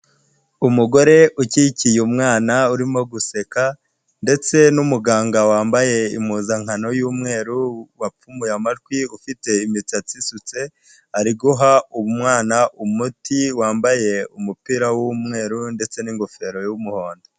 Umugore ukikiye umwana urimo guseka, ndetse n’umuganga wambaye impuzankano y’umweru, wapfumuye amatwi, ufite imisatsi isutse, ari guha umwana umuti wambaye umupira w’umweru ndetse n'ingofero y’umuhondo.